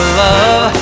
love